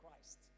Christ